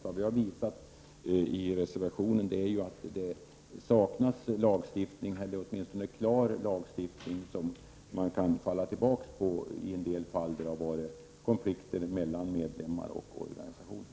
Vad vi har visat i reservationen är att det saknas en klar lagstiftning att falla tillbaka på när det har uppstått konflikter mellan medlemmar och organisationer.